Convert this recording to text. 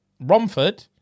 Romford